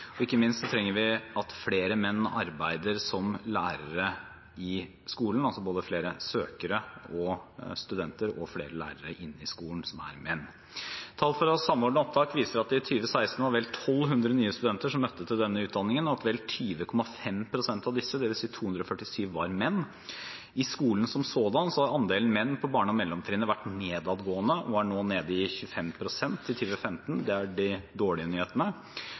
Ikke minst trenger vi at flere menn arbeider som lærere i skolen, altså at vi får flere søkere, flere studenter og flere lærere inn i skolen som er menn. Tall fra Samordna opptak viser at det i 2016 var vel 1 200 nye studenter som møtte til denne utdanningen, og at vel 20,5 pst. av disse, dvs. 247, var menn. I skolen som sådan har andelen menn på barne- og mellomtrinnet vært nedadgående og var nede i 25 pst. i 2015. Det er den dårlige